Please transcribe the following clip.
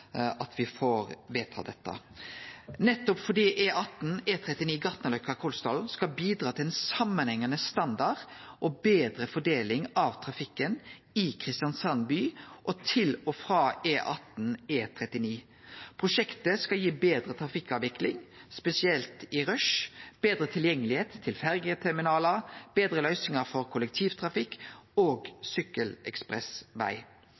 at vi får vedtatt dette, fordi E18/E39 Gartnerløkka–Kolsdalen skal bidra til ein samanhengande standard og betre fordeling av trafikken i Kristiansand by og til og frå E18/E39. Prosjektet skal gi betre trafikkavvikling, spesielt i rushtida, betre tilgjengelegheit til ferjeterminalar, betre løysingar for kollektivtrafikk